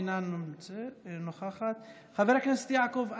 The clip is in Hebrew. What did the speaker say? אינה נוכחת, חבר הכנסת יעקב אשר,